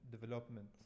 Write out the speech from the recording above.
development